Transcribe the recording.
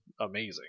amazing